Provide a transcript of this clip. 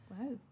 wow